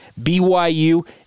BYU